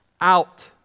out